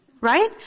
Right